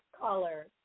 caller